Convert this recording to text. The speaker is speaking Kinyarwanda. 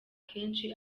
akenshi